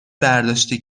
برداشتی